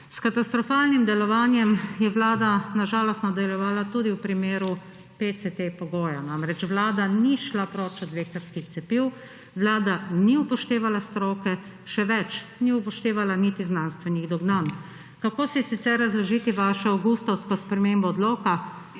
S katastrofalnim delovanjem je Vlada na žalost nadaljevala tudi v primeru PCT pogoja. Namreč, Vlada ni šla proč od vektorskih cepiv, Vlada ni upoštevala stroke; še več, ni upoštevala niti znanstvenih dognanj. Kako si sicer razložiti vašo avgustovsko spremembo odloka,